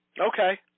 Okay